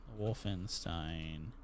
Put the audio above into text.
Wolfenstein